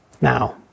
Now